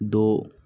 दो